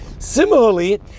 Similarly